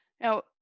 Now